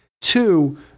Two